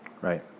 right